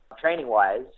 Training-wise